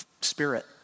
spirit